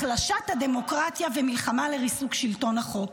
החלשת הדמוקרטיה ומלחמה לריסוק שלטון החוק.